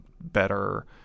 better